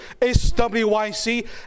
SWYC